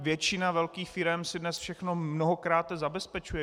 Většina velkých firem si dnes všechno mnohokrát zabezpečuje.